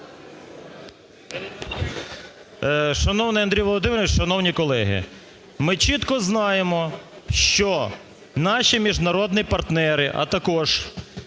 Шановний Андрій Володимировичу! Шановні колеги! Ми чітко знаємо, що наші міжнародні партнери, а також